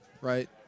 right